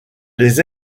les